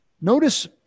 Notice